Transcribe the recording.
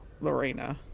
Lorena